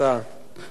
תודה רבה לך.